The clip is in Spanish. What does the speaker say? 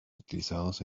utilizados